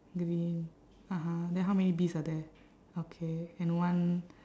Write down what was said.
green (uh huh) then how many bees are there okay and one